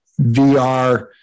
VR